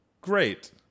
great